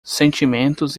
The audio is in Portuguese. sentimentos